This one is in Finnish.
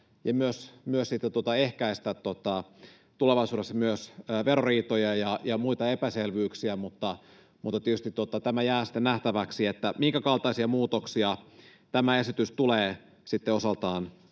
ja myös ehkäistä tulevaisuudessa veroriitoja ja muita epäselvyyksiä, mutta tietysti tämä jää sitten nähtäväksi, minkäkaltaisia muutoksia tämä esitys tulee osaltaan